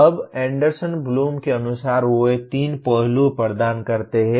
अब Anderson Bloom के अनुसार वे 3 पहलू प्रदान करते हैं